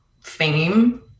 fame